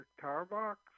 Tarbox